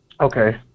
okay